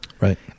Right